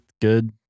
Good